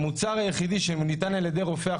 המוצר היחידי שניתן על ידי רופא,